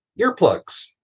earplugs